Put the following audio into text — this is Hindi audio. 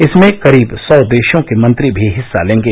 इसमें करीब सौ देशों के मंत्री भी हिस्सा लेंगे